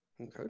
Okay